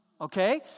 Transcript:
Okay